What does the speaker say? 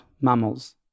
mammals